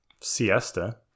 siesta